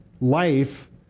life